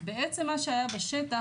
בעצם מה שהיה בשטח,